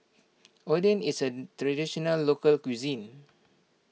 Oden is a Traditional Local Cuisine